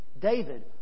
David